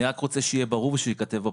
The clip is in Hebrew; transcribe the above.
אני רק רוצה שיהיה ברור שייכתב בפרוטוקול,